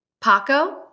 Paco